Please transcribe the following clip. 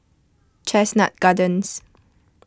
Chestnut Gardens